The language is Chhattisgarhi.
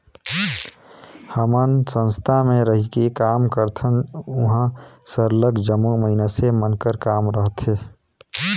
हमन संस्था में रहिके काम करथन उहाँ सरलग जम्मो मइनसे मन कर काम रहथे